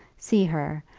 see her,